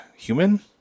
Human